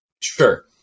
Sure